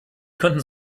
könnten